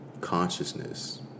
consciousness